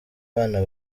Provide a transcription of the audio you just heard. abana